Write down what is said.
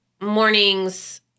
mornings